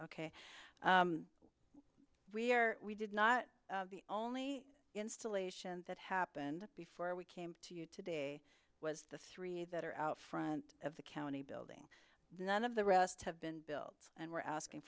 ok we're we did not the only installation that happened before we came to you today was the three that are out front of the county building none of the rest have been built and we're asking